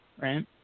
right